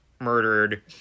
murdered